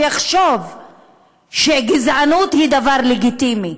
שיחשוב שגזענות היא דבר לגיטימי.